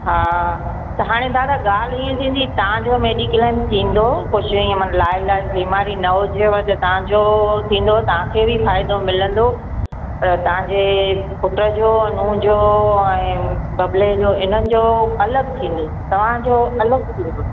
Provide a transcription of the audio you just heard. हा त हाणे दादा ॻाल्हि इअं थींदी तव्हांजो मेडीक्लेम थींदो कुझु इअं लाइलाज़ु बीमारी न हुजेव जे तव्हांजो थींदो तव्हांखे बि फ़ाइदो मिलंदो पर तव्हांखे पुट जो नूंहं जो ऐं बबले जो इन्हनि जो अलॻि थींदो तव्हांजो अलॻि थींदो